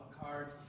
card